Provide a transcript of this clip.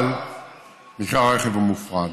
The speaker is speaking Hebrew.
אבל מחיר הרכב הוא מופרז.